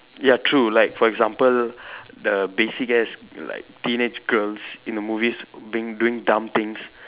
ya true like for example the basic as like teenage girls in the movies doing doing dumb things